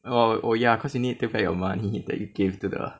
oh oh ya cause you need take back the money that you give to the